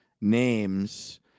names